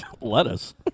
Lettuce